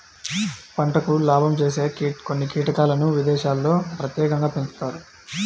పంటకు లాభం చేసే కొన్ని కీటకాలను విదేశాల్లో ప్రత్యేకంగా పెంచుతారు